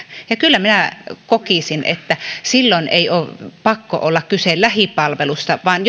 ja kyllä minä kokisin että silloin ei ole pakko olla kyse lähipalvelusta vaan